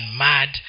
mad